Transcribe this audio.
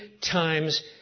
times